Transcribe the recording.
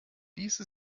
ließe